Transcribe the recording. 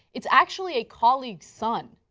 it is actually a colleagueis son.